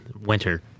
winter